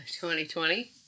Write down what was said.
2020